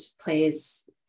plays